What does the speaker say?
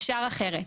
אפשר אחרת.